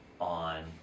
on